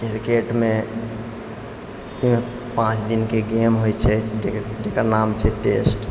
किरकेटमे पाँच दिनके गेम होइ छै जकर नाम छै टेस्ट